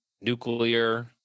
nuclear